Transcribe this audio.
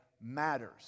matters